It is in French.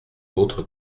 autres